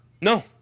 No